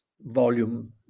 volume